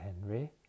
henry